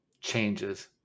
changes